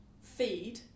feed